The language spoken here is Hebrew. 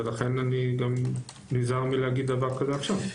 לכן אני נזהר מלהגיד דבר כזה עכשיו.